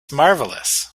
marvelous